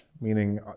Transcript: meaning